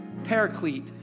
paraclete